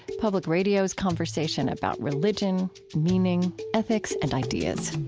public radio's conversation about religion, meaning, ethics, and ideas.